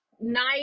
nice